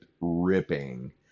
ripping